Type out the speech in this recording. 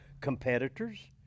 competitors